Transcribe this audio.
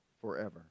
forever